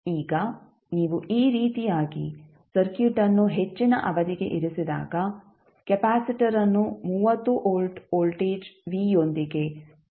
ಈಗ ನೀವು ಈ ರೀತಿಯಾಗಿ ಸರ್ಕ್ಯೂಟ್ ಅನ್ನು ಹೆಚ್ಚಿನ ಅವಧಿಗೆ ಇರಿಸಿದಾಗ ಕೆಪಾಸಿಟರ್ಅನ್ನು 30 ವೋಲ್ಟ್ ವೋಲ್ಟೇಜ್ v ಯೊಂದಿಗೆ ಚಾರ್ಜ್ ಮಾಡಲಾಗುತ್ತದೆ